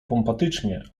pompatycznie